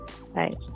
right